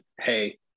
hey